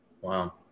wow